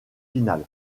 finale